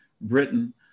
Britain